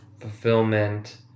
fulfillment